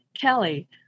Kelly